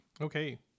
okay